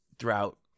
throughout